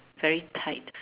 very tight